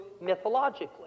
mythologically